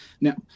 Now